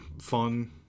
fun